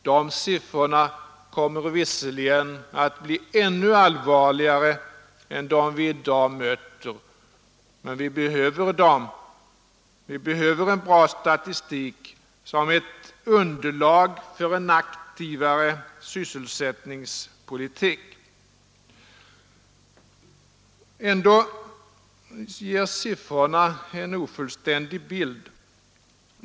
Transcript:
De siffrorna kommer visserligen att bli ännu allvarligare än de som vi i dag möter, men vi behöver dem. Vi behöver en bra statistik som ett underlag för en aktivare sysselsättningspolitik. Ändå ger siffrorna en ofullständig bild.